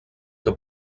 que